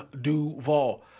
Duval